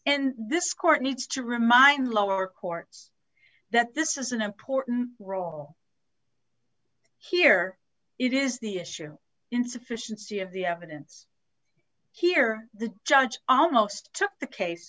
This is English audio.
and this court needs to remind the lower courts that this is an important role here it is the issue insufficiency of the evidence here the judge almost took the case